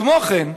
כמו כן,